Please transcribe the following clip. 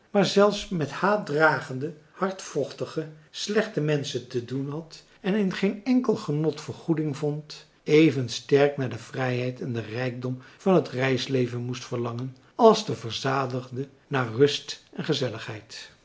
maar zelfs met haatdragende hardvochtige slechte menschen te doen had en in geen enkel genot vergoeding vond even sterk naar de vrijheid en den rijkdom van het reisleven moest verlangen als de verzadigde naar rust en gezelligheid